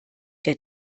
der